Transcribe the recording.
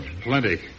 Plenty